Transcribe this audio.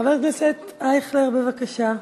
חבר הכנסת ישראל אייכלר, בבקשה.